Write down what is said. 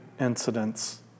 incidents